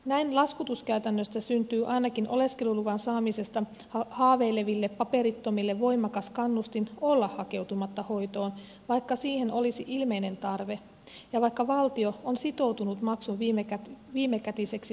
näin laskutuskäytännöstä syntyy ainakin oleskeluluvan saamisesta haaveileville paperittomille voimakas kannustin olla hakeutumatta hoitoon vaikka siihen olisi ilmeinen tarve ja vaikka valtio on sitoutunut maksun viimekätisesti takaajaksi